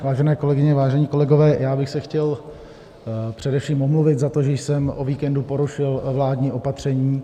Vážené kolegyně, vážení kolegové, já bych se chtěl především omluvit za to, že jsem o víkendu porušil vládní opatření.